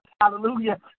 Hallelujah